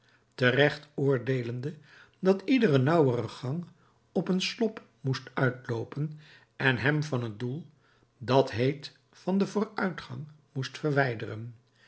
terecht oordeelende dat iedere nauwere gang op een slop moest uitloopen en hem van het doel dat heet van den vooruitgang moest verwijderen